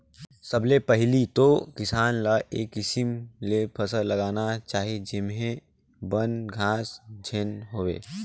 सबले पहिले तो किसान ल ए किसम ले फसल लगाना चाही जेम्हे बन, घास झेन होवे